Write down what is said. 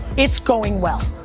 it's going well.